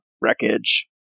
wreckage